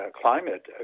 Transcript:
climate